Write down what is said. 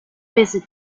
visit